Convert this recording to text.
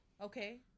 okay